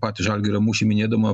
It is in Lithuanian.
patį žalgirio mūšį minėdama